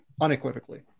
unequivocally